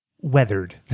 weathered